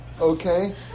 okay